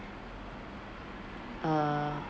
uh